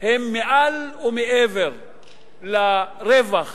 היא מעל ומעבר לרווח